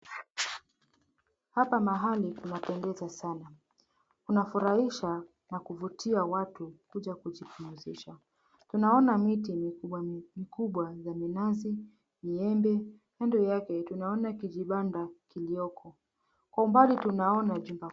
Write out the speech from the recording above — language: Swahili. Hapa mahali kunapendeza sana. Unafurahisha na kuvutia watu kuja kujipumzisha. Tunaona miti mikubwa mikubwa za minazi, miembe, na kando yake, tunaona kijibanda kiliyoko. Kwa umbali tunaona jua.